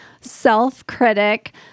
self-critic